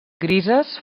grises